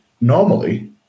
normally